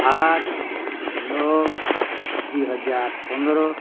ଆଠ ନଅ ଦୁଇହଜାର ପନ୍ଦର